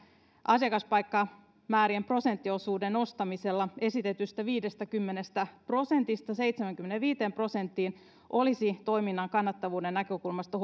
asiakaspaikkamäärien prosenttiosuuden nostamisella esitetystä viidestäkymmenestä prosentista seitsemäänkymmeneenviiteen prosenttiin olisi toiminnan kannattavuuden näkökulmasta